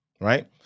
right